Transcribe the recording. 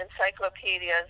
encyclopedias